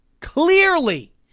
clearly